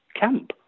camp